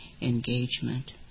engagement